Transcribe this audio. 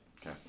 Okay